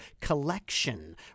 collection